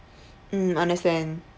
mm understand